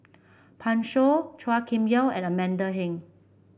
Pan Shou Chua Kim Yeow and Amanda Heng